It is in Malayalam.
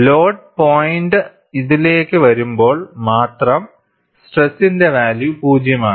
ലോഡ് പോയിന്റ് ഇതിലേക്ക് വരുമ്പോൾ മാത്രം സ്ട്രെസ്സിന്റെ വാല്യൂ 0 ആണ്